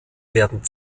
werden